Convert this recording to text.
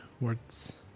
words